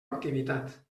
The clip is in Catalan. activitat